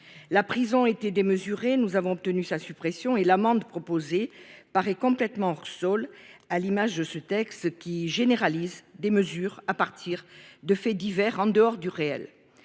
la prison était démesurée. Nous avons obtenu sa suppression et l'amende proposée par est complètement hors-sol, à l'image de ce texte qui généralise des mesures à partir de faits divers en dehors du réel.